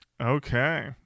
okay